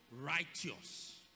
Righteous